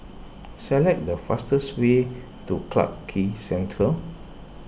select the fastest way to Clarke Quay Central